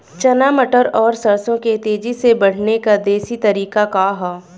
चना मटर और सरसों के तेजी से बढ़ने क देशी तरीका का ह?